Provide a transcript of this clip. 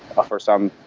offer some,